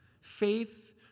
Faith